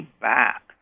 back